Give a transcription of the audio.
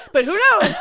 but who knows